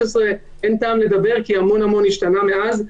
אין טעם לדבר על 2016, כי המון השתנה מאז.